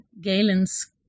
Galen's